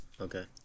Okay